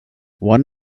one